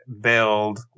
build